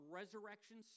resurrection